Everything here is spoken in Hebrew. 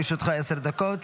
לרשותך עשר דקות.